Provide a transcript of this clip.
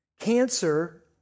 Cancer